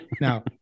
Now